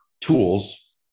tools